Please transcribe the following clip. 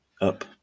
up